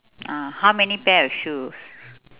ah how many pair of shoes